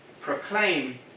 proclaim